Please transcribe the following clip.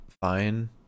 fine